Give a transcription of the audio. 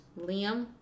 Liam